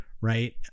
right